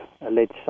alleged